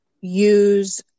use